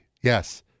Yes